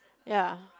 ya